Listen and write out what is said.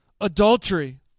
adultery